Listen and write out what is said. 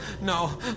no